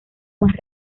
más